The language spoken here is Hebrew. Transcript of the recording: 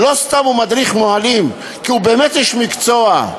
לא סתם הוא מדריך מוהלים, כי הוא באמת איש מקצוע.